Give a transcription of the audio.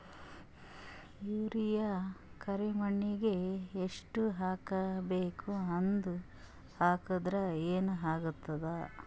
Urea ಕರಿಮಣ್ಣಿಗೆ ಎಷ್ಟ್ ಹಾಕ್ಬೇಕ್, ಅದು ಹಾಕದ್ರ ಏನ್ ಆಗ್ತಾದ?